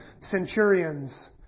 centurions